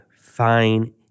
fine